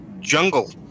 jungle